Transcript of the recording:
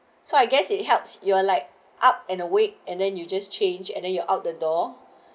so I guess it helps you are like up and awake and then you just change and then you out the door